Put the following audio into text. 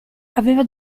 aveva